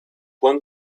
one